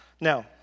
Now